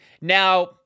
Now